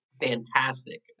fantastic